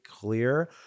clear